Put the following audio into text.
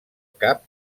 cap